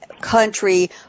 country